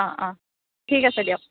অঁ অঁ ঠিক আছে দিয়ক